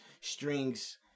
strings